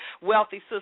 Wealthy